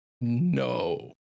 No